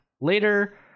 later